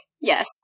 Yes